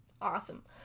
awesome